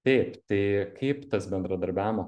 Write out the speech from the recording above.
taip tai kaip tas bendradarbiavimo